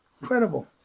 incredible